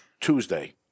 Tuesday